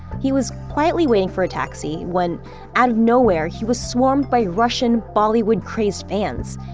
he was quietly waiting for a taxi when out of nowhere he was swarmed by russian bollywood-crazed fans.